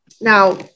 now